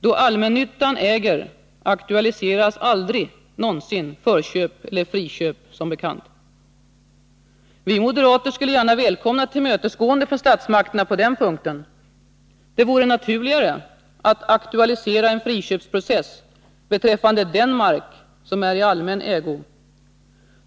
Då allmännyttan äger, aktualiseras som bekant aldrig någonsin förköp eller friköp. Vi moderater skulle gärna välkomna ett tillmötesgående från statsmakterna på denna punkt. Det vore naturligare att aktualisera en friköpsprocess beträffande den mark som är i allmän ägo.